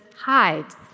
hides